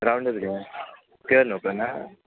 राउंडच घेऊ नको ना